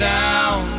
down